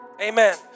Amen